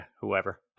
whoever